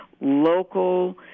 local